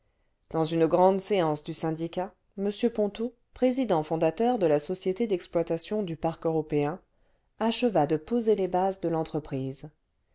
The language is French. dans une grande séance du syndicat m ponto président fondateur de la société d'exploitation du parc européen acheva de poser les bases de